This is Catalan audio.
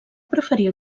preferir